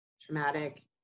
traumatic